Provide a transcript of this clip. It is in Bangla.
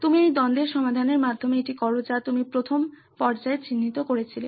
তুমি এই দ্বন্দ্বের সমাধানের মাধ্যমে এটি করো যা তুমি প্রথম পর্যায়ে চিহ্নিত করেছিলে